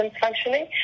functioning